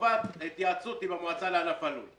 חובת התייעצות עם המועצה לענף הלול.